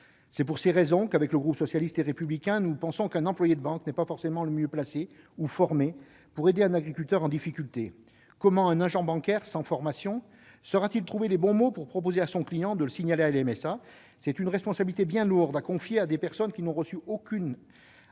C'est pour ces raisons que les membres du groupe socialiste et républicain estiment qu'un employé de banque n'est pas forcément le mieux placé ou formé pour aider un agriculteur en difficulté. Comment un agent bancaire sans formation saura-t-il trouver les bons mots pour proposer à son client de le signaler à la MSA ? C'est une responsabilité bien lourde à confier à des personnes qui n'ont reçu aucune